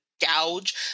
gouge